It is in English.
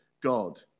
God